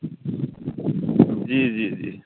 جی جی جی